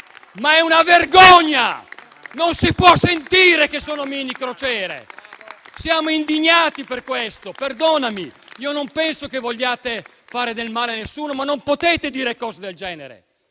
Ma è una vergogna! Non si può sentire che sono minicrociere. Siamo indignati per questo. Non penso che vogliate fare del male a nessuno, ma non potete dire cose del genere.